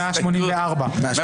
מי נגד?